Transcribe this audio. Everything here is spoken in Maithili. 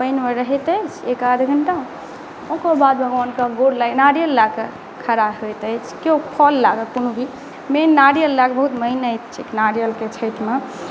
पानि मे रहैत अछि एक आध घंटा ओकरबाद भगवान् के गौर नारियल लऽ कऽ खरा होइत अछि केओ फल लऽ कऽ कोनो भी मेन नारियल लऽ कऽ बहुत मानैत छै नारीयल के छठि मे